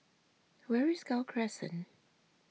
where is Gul Crescent